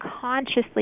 consciously